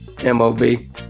M-O-B